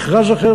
מכרז אחר,